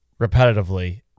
repetitively